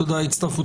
תודה על הצטרפותכם.